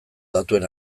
datuen